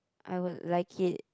I would like it